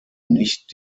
nicht